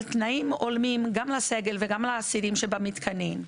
על תנאים הולמים גם לסגל וגם לאסירים שבמתקנים.